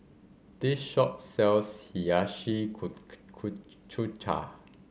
this shop sells Hiyashi Chuka